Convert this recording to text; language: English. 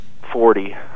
Forty